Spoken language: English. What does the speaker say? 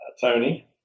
Tony